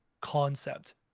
concept